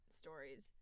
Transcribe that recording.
stories